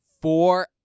four